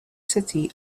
city